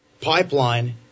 Pipeline